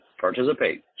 participate